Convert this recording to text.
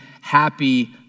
happy